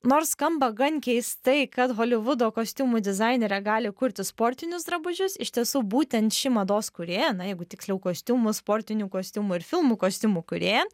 nors skamba gan keistai kad holivudo kostiumų dizainerė gali kurti sportinius drabužius iš tiesų būtent ši mados kūrėja na jeigu tiksliau kostiumų sportinių kostiumų ir filmų kostiumų kūrėja